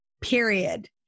period